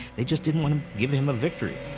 they just didn't want to give him a victory.